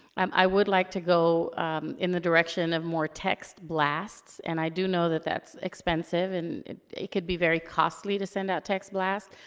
um i would like to go in the direction of more text blasts, and i do know that that's expensive, and it could be very costly to send out text blasts,